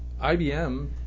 IBM